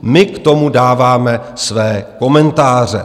My k tomu dáváme své komentáře.